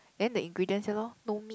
then the ingredients yeah lor no meat